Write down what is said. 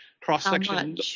cross-section